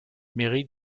mairie